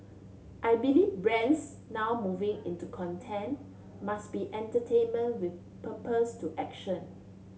I believe brands now moving into content must be entertainment with purpose to action